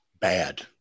bad